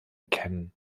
kennen